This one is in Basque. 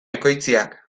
ekoitziak